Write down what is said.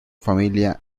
familia